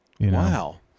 Wow